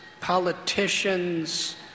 politicians